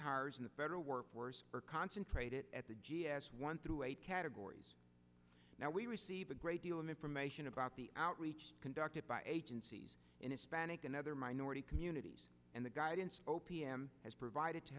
ours in the federal workforce are concentrated at the g s one through eight categories now we receive a great deal of information about the outreach conducted by agencies in a spanish and other minority communities and the guidance o p m has provided to